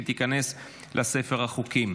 ותיכנס לספר החוקים.